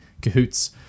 cahoots